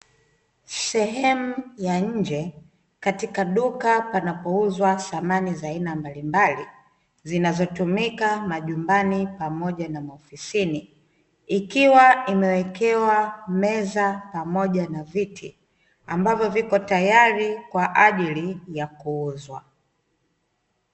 Sehemu ya nje katika duka panapouzwa samani za aina mbalimbali, zinazotumika majumbani pamoja na maofisini, ikiwa imewekewa meza pamoja na viti, ambavyo viko tayari kwa ajili ya kuuzwa.